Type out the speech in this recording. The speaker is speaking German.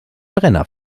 brenner